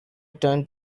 turned